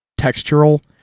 textural